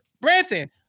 Branson